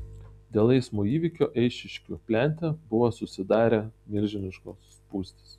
dėl eismo įvykio eišiškių plente buvo susidarę milžiniškos spūstys